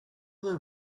other